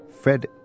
Fred